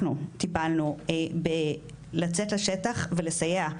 אנחנו טיפלנו בלצאת לשטח ולסייע,